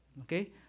Okay